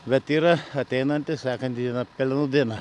bet yra ateinanti sekanti diena pelenų diena